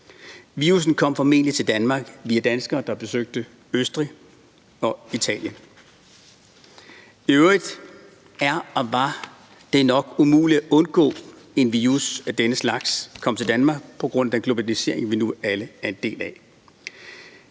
Virussen kom formentlig til Danmark via danskere, der besøgte Østrig og Italien. I øvrigt er og var det nok umuligt at undgå, at en virus af denne slags kom til Danmark på grund af den globalisering, vi nu alle er en del af.